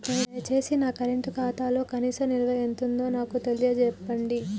దయచేసి నా కరెంట్ ఖాతాలో కనీస నిల్వ ఎంతుందో నాకు తెలియచెప్పండి